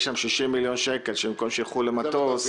יש שם 60 מיליון שקל שבמקום שילכו למטוס